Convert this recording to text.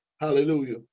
hallelujah